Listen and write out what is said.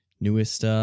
Newest